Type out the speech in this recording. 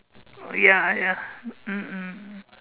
ya ya mm mm